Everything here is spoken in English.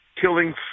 killing